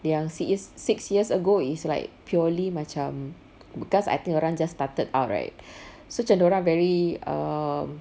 yang six years six years ago is like purely macam because I think dia orang just started out right so macam dia orang very err